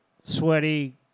sweaty